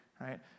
right